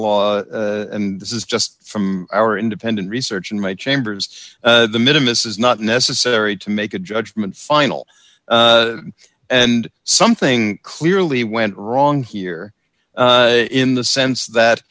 law and this is just from our independent research in my chambers to the minimum is not necessary to make a judgment final and something clearly went wrong here in the sense that